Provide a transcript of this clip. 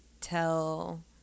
tell